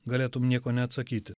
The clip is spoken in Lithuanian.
galėtum nieko neatsakyti